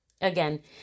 again